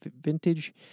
Vintage